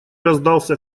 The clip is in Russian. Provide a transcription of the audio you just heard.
раздался